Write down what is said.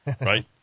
right